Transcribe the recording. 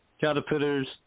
caterpillars